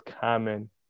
common